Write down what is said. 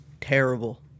terrible